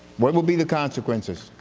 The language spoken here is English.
what will be the consequences?